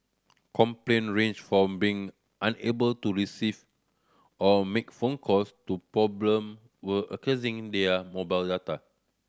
complaint ranged from being unable to receive or make phone calls to problem were accessing their mobile data